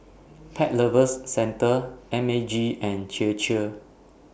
Pet Lovers Centre M A G and Chir Chir